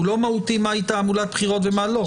הוא לא מהותי מהי תעמולת בחירות ומה לא.